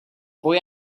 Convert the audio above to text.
boy